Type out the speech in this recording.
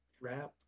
wrap